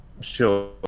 Sure